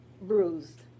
bruised